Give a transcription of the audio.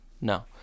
no